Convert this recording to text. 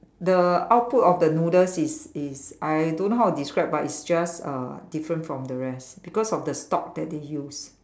the output of the noodles is is I don't know how to describe but it's just uh different from the rest because of the stock that they use